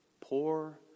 poor